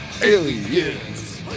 aliens